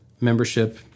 membership